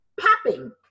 popping